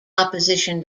opposition